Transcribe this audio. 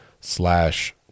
slash